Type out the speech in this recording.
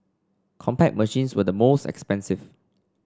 Compaq machines were the most expensive